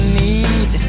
need